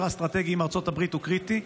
האסטרטגי עם ארצות הברית הוא קריטי,